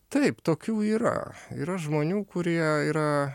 taip tokių yra yra žmonių kurie yra